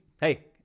Hey